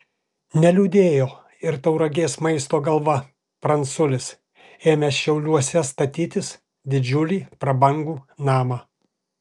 neliūdėjo ir tauragės maisto galva pranculis ėmęs šiauliuose statytis didžiulį prabangų namą